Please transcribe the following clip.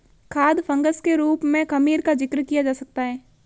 खाद्य फंगस के रूप में खमीर का जिक्र किया जा सकता है